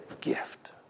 gift